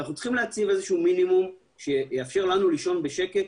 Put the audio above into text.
ואנחנו צריכים להציב מינימום שיאפשר לנו לישון בשקט,